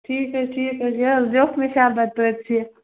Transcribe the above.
ٹھیٖک حظ ٹھیٖک حظ یہِ حظ لیوٚکھ مےٚ شَربَت توتہِ سِیاہ